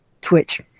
Twitch